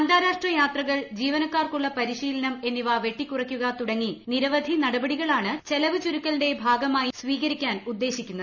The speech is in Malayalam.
അന്താരാഷ്ട്ര യാത്രകൾ ജീവനക്കാർക്കുള്ള പരിശീലനം എന്നിവ വെട്ടി കുറയ്ക്കുക തുടങ്ങി നിരവധി നടപടികളാണ് ചെലവ് ചുരുക്കലിന്റെ ഭാഗമായി സ്വീകരിക്കാൻ ഉദ്ദേശിക്കുന്നത്